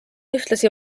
ühtlasi